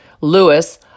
Lewis